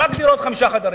רק דירות חמישה חדרים,